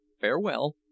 Farewell